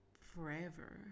forever